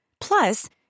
Plus